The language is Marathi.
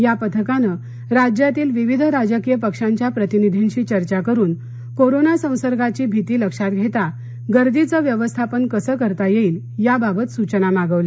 या पथकाने राज्यातील विविध राजकीय पक्षांच्या प्रतिनिधींशी चर्चा करून कोरोना संसर्गाची भीती लक्षात घेता गर्दीचं व्यवस्थापन कसं करता येईल याबाबत सुचना मागवल्या